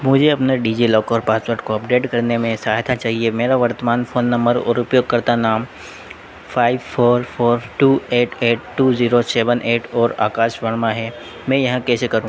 मुझे अपने DigiLocker password को अपडेट करने में सहायता चाहिए मेरा वर्तमान फोन नम्मर और उपयोगकर्ता नाम five four four two eight eight two zero seven eight और आकाश वर्मा है मैं यह कैसे करूँ